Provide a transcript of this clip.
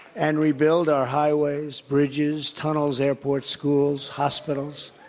and rebuild our highways, bridges, tunnels, airports, schools, hospitals.